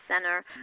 center